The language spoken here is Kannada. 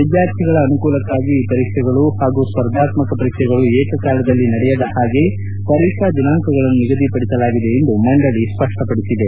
ವಿದ್ಯಾರ್ಥಿಗಳ ಅನುಕೂಲಕ್ಷಾಗಿ ಈ ಪರೀಕ್ಷೆಗಳು ಹಾಗೂ ಸ್ಪರ್ಧಾತ್ಸಕ ಪರೀಕ್ಷೆಗಳು ಏಕಕಾಲದಲ್ಲಿ ನಡೆಯದ ಹಾಗೆ ಪರೀಕ್ಷಾ ದಿನಾಂಕಗಳನ್ನು ನಿಗದಿಪಡಿಸಲಾಗಿದೆ ಎಂದು ಮಂಡಳಿ ಸ್ಪಷ್ಟ ಪಡಿಸಿದೆ